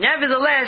Nevertheless